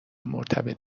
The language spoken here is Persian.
مرتبط